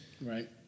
Right